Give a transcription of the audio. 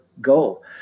goal